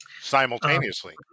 Simultaneously